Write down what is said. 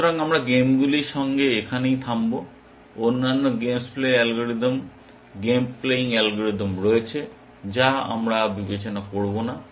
সুতরাং আমরা গেমগুলির সঙ্গে এখানে থামব অন্যান্য games play algorithm game playing algorithm রয়েছে যা আমরা বিবেচনা করব না